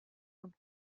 und